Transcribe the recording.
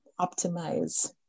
optimize